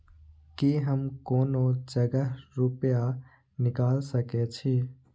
की हम कोनो जगह रूपया निकाल सके छी?